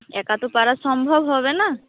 একা তো পারা সম্ভব হবে না